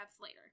later